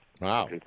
Wow